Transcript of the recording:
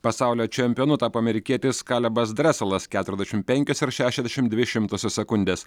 pasaulio čempionu tapo amerikietis kalebas dresalas keturiasdešim penkios ir šešiasdešim dvi šimtosios sekundės